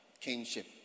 kingship